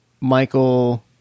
Michael